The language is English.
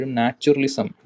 naturalism